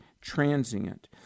transient